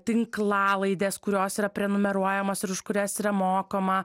tinklalaidės kurios yra prenumeruojamos ir už kurias yra mokama